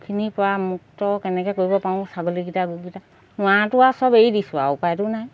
সেইখিনিৰ পৰা মুক্ত কেনেকৈ কৰিব পাৰো ছাগলীকেইটা গৰুকেইটা নোৱাৰাটো আৰু চব এৰি দিছোঁ আৰু উপায়তো নাই